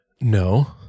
No